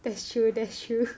that's true that's true